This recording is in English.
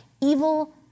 Evil